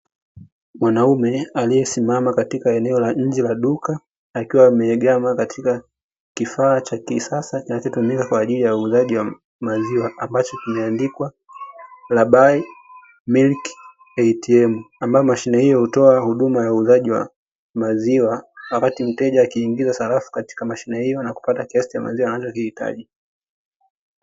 Mwanaume aliye simama katika eneo la nje la duka akiwa ameegama katika kifaa cha kisasa kinacho tumia uuzaji wa maziwa, ambacho kimeandika "labai miliki atm" ambayo mashine hiyo, hutoa huduma ya uuzaji wa maziwa wakati mteja, akiingiza sarafu katika mashine hiyo na kupata cha kiasi cha maziwa anacho hitaji.